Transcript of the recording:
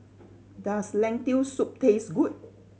does Lentil Soup taste good